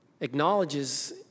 acknowledges